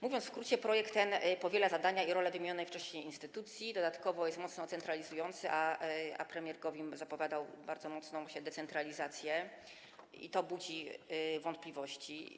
Mówiąc w skrócie, projekt ten powiela zadania i role wymienionych wcześniej instytucji, dodatkowo jest mocno centralizujący, a premier Gowin zapowiadał bardzo mocną decentralizację, co budzi wątpliwości.